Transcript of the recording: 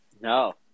No